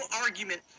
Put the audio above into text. argument